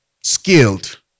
skilled